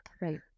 right